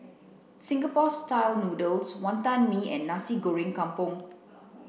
Singapore style noodles wantan mee and nasi goreng kampung